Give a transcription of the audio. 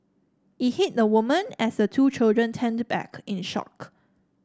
it hit the woman as the two children turned back in the shock